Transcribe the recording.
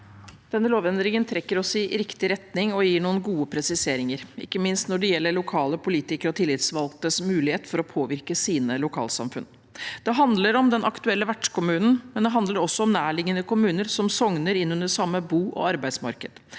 Denne lovendringen trekker oss i riktig retning og gir noen gode presiseringer, ikke minst når det gjelder lokale politikeres og tillitsvalgtes mulighet til å påvirke sine lokalsamfunn. Det handler om den aktuelle vertskommunen, og det handler om nærliggende kommuner som sogner til samme bo- og arbeidsmarked.